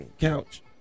couch